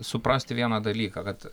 suprasti vieną dalyką kad